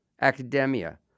academia